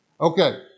Okay